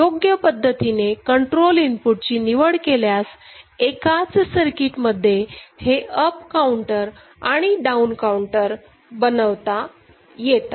योग्य पद्धतीने control input ची निवड केल्यास एकाच सर्किट मध्ये हे अप् काऊंटर आणि डाउन काऊंटर बनवता येतात